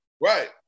Right